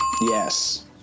Yes